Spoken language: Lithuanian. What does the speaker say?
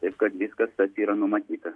taip kad viskas tas yra numatyta